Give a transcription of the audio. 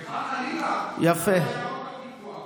לך, חלילה, אתה עיירות הפיתוח.